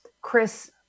Chris